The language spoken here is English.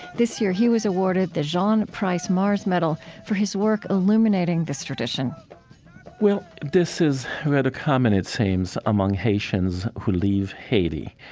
this year he was awarded the jean price-mars medal for his work illuminating this tradition well, this is rather common, it seems, among haitians who leave haiti.